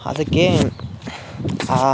ಅದಕ್ಕೆ ಆ